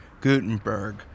Gutenberg